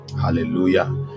hallelujah